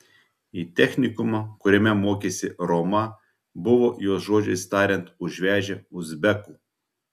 į technikumą kuriame mokėsi roma buvo jos žodžiais tariant užvežę uzbekų